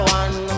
one